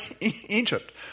Egypt